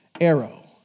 arrow